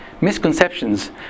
misconceptions